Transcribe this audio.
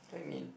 what you mean